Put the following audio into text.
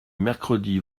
mercredi